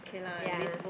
ya